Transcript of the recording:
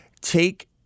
take